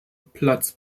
platz